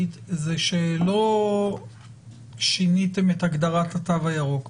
זה שלא שיניתם את הגדרת התו הירוק,